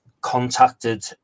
contacted